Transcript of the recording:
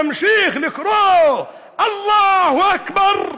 שנמשיך לקרוא "אללה אכבר"